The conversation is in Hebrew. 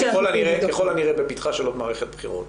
ככל הנראה בפתחה של עוד מערכת בחירות,